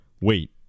wait